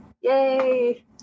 Yay